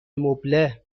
مبله